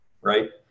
right